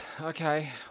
Okay